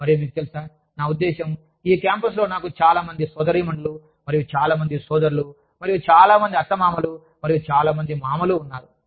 మరియు మీకు తెలుసా నా ఉద్దేశ్యం ఈ క్యాంపస్లో నాకు చాలా మంది సోదరీమణులు మరియు చాలా మంది సోదరులు మరియు చాలా మంది అత్తమామలు మరియు చాలా మంది మామలు ఉన్నారు